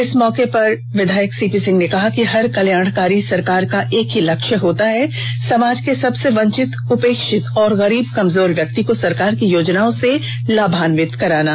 इस मौके पर विधायक सीपी सिंह ने कहा कि हर कल्याणकारी सरकार का एक ही लक्ष्य होता है समाज के सबसे वंचित उपेक्षित और गरीब कमजोर व्यक्ति को सरकार की योजनाओं से लाभान्वित कराना